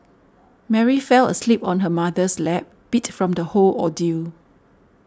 Mary fell asleep on her mother's lap beat from the whole ordeal